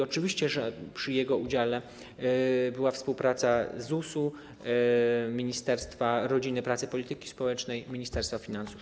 Oczywiście, że w jego przypadku była współpraca ZUS-u, Ministerstwa Rodziny, Pracy i Polityki Społecznej i Ministerstwa Finansów.